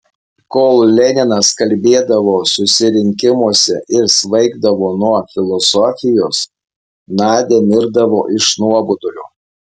kol leninas kalbėdavo susirinkimuose ir svaigdavo nuo filosofijos nadia mirdavo iš nuobodulio